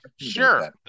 Sure